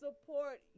support